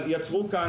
אבל יצרו כאן,